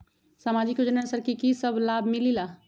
समाजिक योजनानुसार कि कि सब लाब मिलीला?